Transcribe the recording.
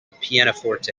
pianoforte